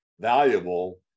valuable